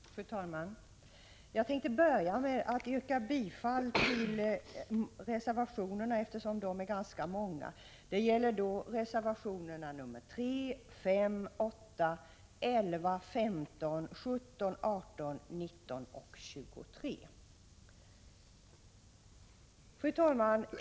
Fru talman! Jag vill börja med att yrka bifall till våra reservationer, eftersom de är ganska många. Det gäller reservationerna 3, 5, 8, 11, 15, 17, 18, 19 och 23.